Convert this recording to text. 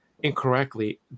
incorrectly